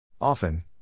Often